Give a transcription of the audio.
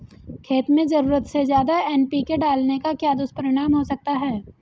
खेत में ज़रूरत से ज्यादा एन.पी.के डालने का क्या दुष्परिणाम हो सकता है?